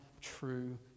true